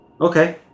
Okay